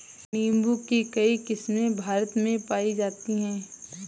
नीम्बू की कई किस्मे भारत में पाई जाती है